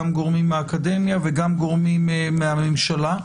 גם גורמים מהאקדמיה וגם גורמים מהממשלה.